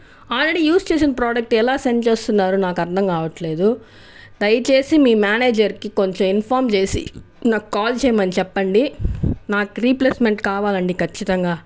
already use చేసిన product ఎలా send చేస్తున్నారు నాకు అర్ధం కావట్లేదు దయచేసి మీ మేనేజర్కి కొంచం ఇన్ఫర్మ్ చేసి నాకు కాల్ చేయమని చెప్పండి నాకు రీప్లేస్మెంట్ కావాలి అండి ఖచ్చితంగా